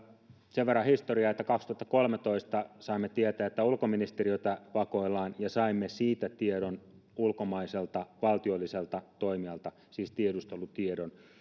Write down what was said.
sen verran historiaa että kaksituhattakolmetoista saimme tietää että ulkoministeriötä vakoillaan ja saimme siitä tiedon ulkomaiselta valtiolliselta toimijalta siis tiedustelutiedon